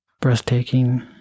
breathtaking